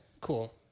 Cool